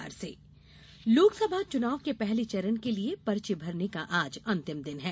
नामांकन लोकसभा चुनाव के पहले चरण के लिए पर्चे भरने का आज अंतिम दिन है